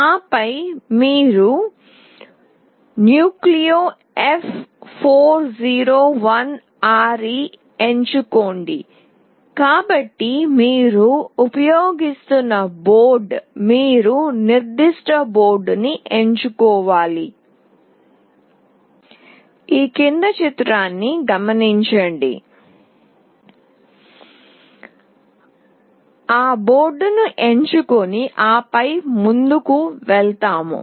ఆపై మీరు నిర్దిష్ట బోర్డుని ఎంచుకోవాలి కాబట్టి మీరు ఉపయోగిస్తున్న బోర్డు గా మీరు NucleoF401RE ని ఎంచుకోండి ఆ బోర్డుని ఎంచుకుని ఆపై ముందుకు వెళ్తాము